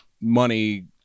money